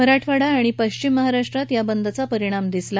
मराठवाडा आणि पश्चिम महाराष्ट्रात या बदचा परिणाम दिसला